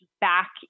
back